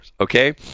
Okay